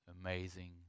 amazing